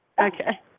Okay